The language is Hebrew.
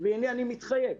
אני מתחייב.